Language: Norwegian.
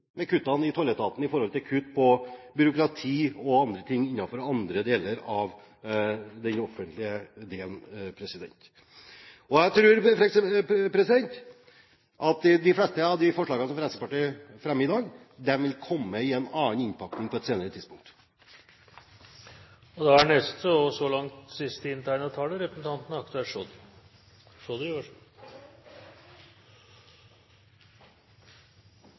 tolletaten når det gjelder kutt i byråkrati og andre ting innenfor andre deler av det offentlige. Jeg tror at de fleste av de forslagene som Fremskrittspartiet fremmer i dag, vil komme i en annen innpakning på et senere tidspunkt. Jeg kan være dårlig i norsk, men jeg kan ikke være så